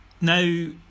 Now